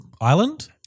island